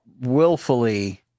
willfully